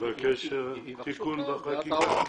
לבקש תיקון חקיקה.